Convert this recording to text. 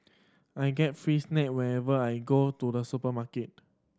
I get free snack whenever I go to the supermarket